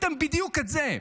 עשיתם בדיוק את זה.